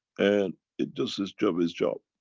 and it does its job, is job.